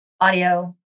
audio